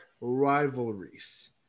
rivalries